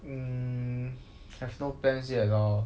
mm have no plans yet lor